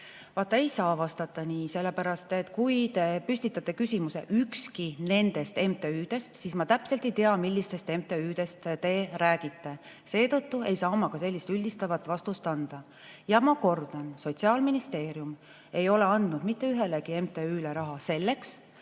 Aga ei saa vastata nii. Sellepärast et kui te püstitate küsimuse, kas ükski nendest MTÜ-dest, siis ma täpselt ei tea, millistest MTÜ-dest te räägite. Seetõttu ei saa ma ka sellist üldistavat vastust anda. Ja ma kordan: Sotsiaalministeerium ei ole andnud mitte ühelegi MTÜ-le raha selleks,